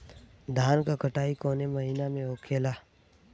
धान क कटाई कवने महीना में होखेला?